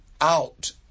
out